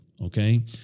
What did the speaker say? okay